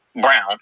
Brown